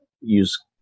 use